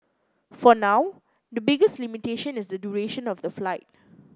for now the biggest limitation is the duration of the flight